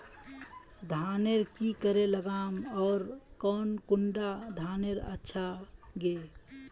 धानेर की करे लगाम ओर कौन कुंडा धानेर अच्छा गे?